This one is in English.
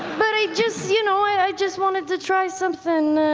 but i just, you know, i just wanted to try something